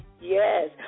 Yes